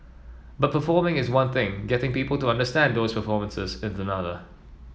but performing is one thing getting people to understand those performances is another